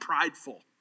prideful